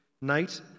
night